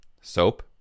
Soap